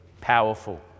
powerful